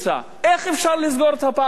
איך אפשר לסגור את הפערים האלו?